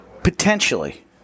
Potentially